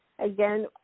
Again